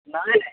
ନାଇଁ